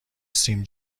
سین